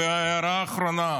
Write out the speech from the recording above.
הערה אחרונה,